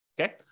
okay